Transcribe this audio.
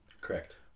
Correct